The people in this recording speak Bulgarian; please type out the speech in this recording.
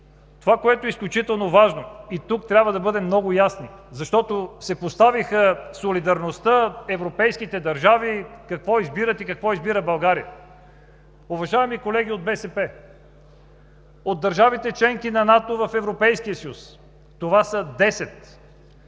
Това, което е изключително важно, и тук трябва да бъде много ясно казано, защото се каза за солидарността, европейските държави какво избират и какво избира България? Уважаеми колеги от БСП, от държавите – членки на НАТО в Европейския съюз, това са